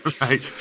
Right